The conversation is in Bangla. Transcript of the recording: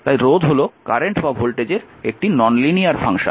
তাই রোধ হল কারেন্ট বা ভোল্টেজের একটি নন লিনিয়ার ফাংশন